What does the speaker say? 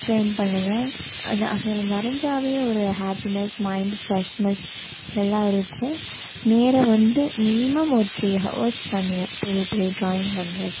frame பண்ணுவேன் அதை அதை வரைஞ்சாவே ஒரு ஹாப்பினஸ் மைண்ட் ஃப்ரஷ்னஸ் எல்லாம் இருக்கும் நேரம் வந்து மினிமம் ஒரு த்ரீ ஹவர்ஸ் பண்ணுவேன் பெரிய பெரிய டிராயிங் பண்றதுக்கு